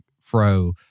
Fro